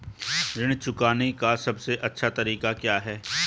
ऋण चुकाने का सबसे अच्छा तरीका क्या है?